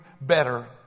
better